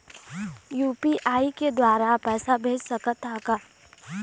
UPI के द्वारा पैसा भेज सकत ह का?